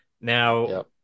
Now